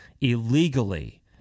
illegally